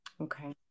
okay